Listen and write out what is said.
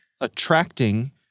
attracting